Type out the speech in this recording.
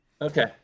Okay